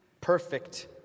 perfect